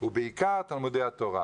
ובעיקר תלמודי התורה,